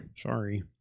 Sorry